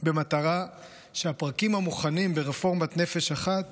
במטרה שהפרקים המוכנים ברפורמת נפש אחת